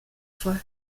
vor